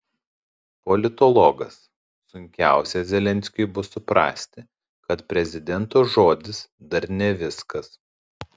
politologas sunkiausia zelenskiui bus suprasti kad prezidento žodis dar ne viskas